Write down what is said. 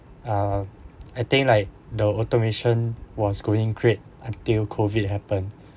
uh I think like the automation was going great until COVID happen